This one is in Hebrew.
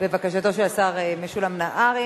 לבקשתו של השר משולם נהרי,